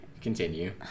Continue